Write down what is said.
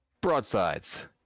broadsides